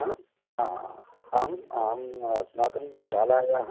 ह हा आम् अहं अस्माकं शालायाः